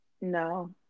no